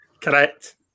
Correct